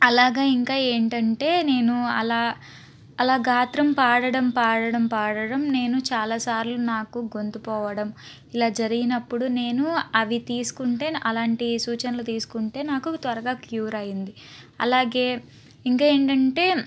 అలాగా ఇంకా ఏంటంటే నేను అలా అలా గాత్రం పాడడం పాడడం పాడడం నేను చాలా సార్లు నాకు గొంతు పోవడం ఇలా జరిగినప్పుడు నేను అవి తీసుకుంటే అలాంటి సూచనలు తీసుకుంటే నాకు త్వరగా క్యూర్ అయింది అలాగే ఇంకా ఏంటంటే